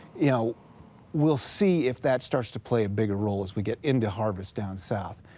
you know we'll see if that starts to play a bigger role as we get into harvest down south.